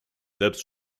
selbst